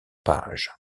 page